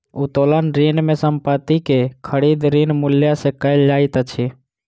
उत्तोलन ऋण में संपत्ति के खरीद, ऋण मूल्य सॅ कयल जाइत अछि